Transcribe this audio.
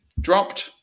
dropped